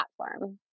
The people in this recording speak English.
platform